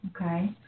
Okay